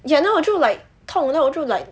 ya then 我就 like 痛 then 我就 like